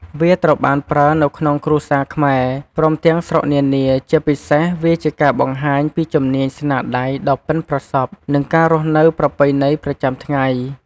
វាត្រូវបានប្រើនៅក្នុងគ្រួសារខ្មែរ ព្រមទាំងស្រុកនានា ជាពិសេសវាជាការបង្ហាញពីជំនាញស្នាដៃដ៏បុិនប្រសព្វ និងការរស់នៅប្រពៃណីប្រចាំថ្ងៃ។